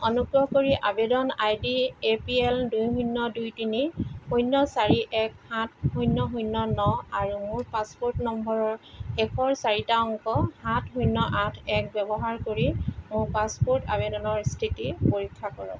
অনুগ্ৰহ কৰি আবেদন I D A P L দুই শূন্য দুই তিনি শূন্য চাৰি এক সাত শূন্য শূন্য ন আৰু মোৰ পাছপোৰ্ট নম্বৰৰ শেষৰ চাৰিটা অংক সাত শূন্য আঠ এক ব্যৱহাৰ কৰি মোৰ পাছপোৰ্ট আবেদনৰ স্থিতি পৰীক্ষা কৰক